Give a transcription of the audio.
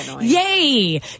Yay